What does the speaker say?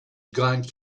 gone